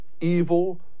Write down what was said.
evil